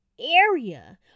area